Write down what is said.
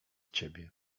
ciebie